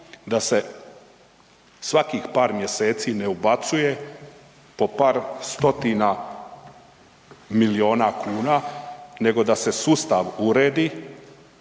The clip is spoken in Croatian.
da se svakih par mjeseci ne ubacuje po par stotina milijuna kuna nego da se sustav uredi,